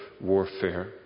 warfare